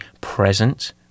present